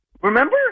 Remember